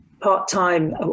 part-time